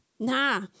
Nah